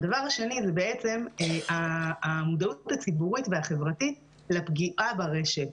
הדבר השני הוא בעצם המודעות הציבורית והחברתית לפגיעה ברשת.